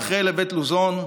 רחל לבית לוזון,